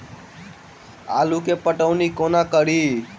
आलु केँ पटौनी कोना कड़ी?